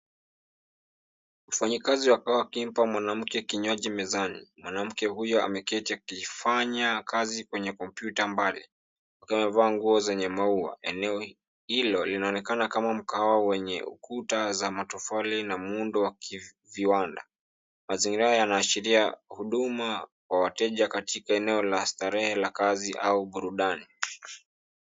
Mfanyakazi wa kahawa akimpa mwanamke kinywaji mezani. Mwanamke huyo ameketi akifanya kazi kwenye kompyuta mbali, akiwa amevaa nguo zenye maua. Eneo hilo linaonekana kama mkahawa wenye ukuta za matofali na muundo wa kiviwanda. Mazingira yanaashiria huduma wa wateja katika eneo la starehe la kazi au burudani.